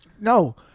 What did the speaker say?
No